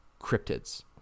cryptids